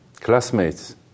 classmates